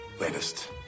latest